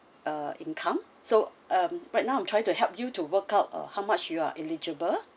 uh income so um right now I'm try to help you to work out uh how much you are eligible